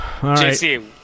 JC